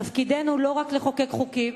תפקידנו הוא לא רק לחוקק חוקים,